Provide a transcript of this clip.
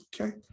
okay